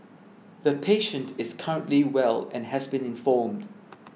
the patient is currently well and has been informed